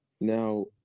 Now